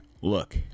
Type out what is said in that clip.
look